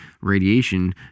Radiation